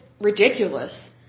ridiculous